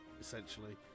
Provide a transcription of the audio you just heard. essentially